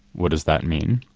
what does that mean?